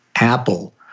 Apple